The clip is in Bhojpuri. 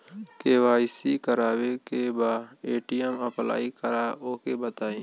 के.वाइ.सी करावे के बा ए.टी.एम अप्लाई करा ओके बताई?